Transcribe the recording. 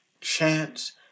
chance